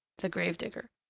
the grave-digger.